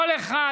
כל אחד,